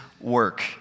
work